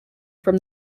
from